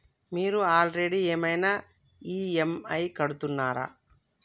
మీరు ఆల్రెడీ ఏమైనా ఈ.ఎమ్.ఐ కడుతున్నారా?